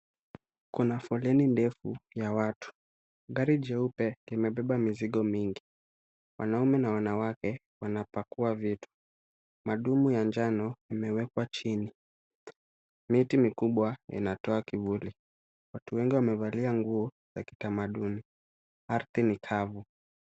Kuna foleni ndefu ya watu. Gari jeupe limebeba mizigo mingi. Wanaume na wanawake wanapakua vitu. Madumu ya njano yamewekwa chini. Miti mikubwa inatoa kivuli. Watu wengi wamevalia nguo za kitamaduni. Ardhi ni kavu.